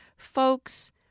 Folks